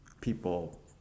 people